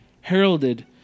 heralded